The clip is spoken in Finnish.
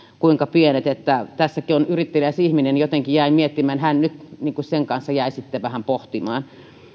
kuinka pienet tässäkin on yritteliäs ihminen ja hän nyt sen kanssa jäi sitten vähän pohtimaan